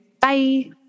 Bye